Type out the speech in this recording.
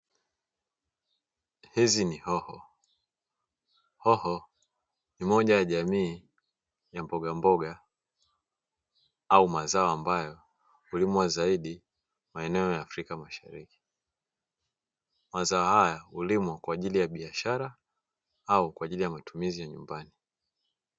Hizi ni hoho, hoho ni moja ya jamii ya mbogamboga au mazao ambayo hulimwa zaidi maeneo ya afrika mashariki, mazao haya hulimwa kwa ajili ya biashara au kwa ajili ya matumizi ya nyumbani.